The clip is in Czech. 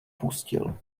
pustil